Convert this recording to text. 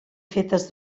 fetes